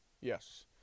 yes